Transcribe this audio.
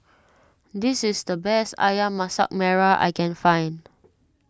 this is the best Ayam Masak Merah I can find